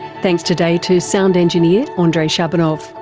thanks today to sound engineer andre shabunov.